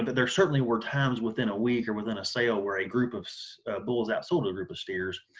there certainly were times within a week or within a sale where a group of bulls outsold a group of steers.